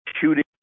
shooting